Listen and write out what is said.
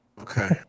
Okay